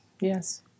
Yes